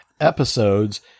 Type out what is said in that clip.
episodes